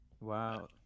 Wow